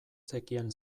zekien